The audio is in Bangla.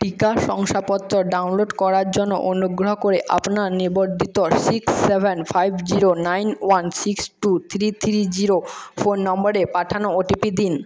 টিকা শংসাপত্র ডাউনলোড করার জন্য অনুগ্রহ করে আপনার নিবন্ধিত six seven five zero nine one six two three three zero phone নম্বরে পাঠানো ওটিপি দিন